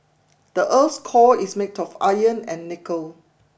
the earth's core is made of iron and nickel